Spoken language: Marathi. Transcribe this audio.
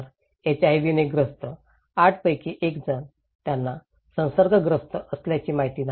तर एचआयव्हीने ग्रस्त 8 पैकी 1 जण त्यांना संसर्गग्रस्त असल्याची माहिती नाही